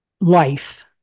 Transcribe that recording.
life